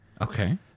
okay